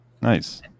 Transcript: Nice